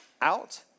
out